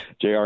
JR